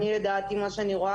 אני יודעת ממה שאני רואה,